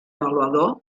avaluador